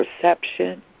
perception